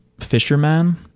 Fisherman